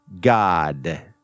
God